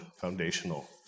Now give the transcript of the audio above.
foundational